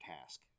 task